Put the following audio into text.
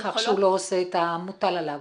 בכך שהוא לא עושה את המוטל עליו.